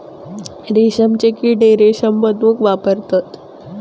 रेशमचे किडे रेशम बनवूक वापरतत